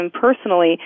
personally